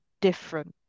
different